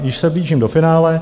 Již se blížím do finále.